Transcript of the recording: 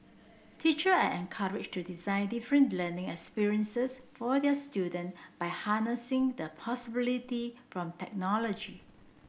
teacher are encouraged to design different learning experiences for their student by harnessing the possibility from technology